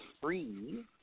free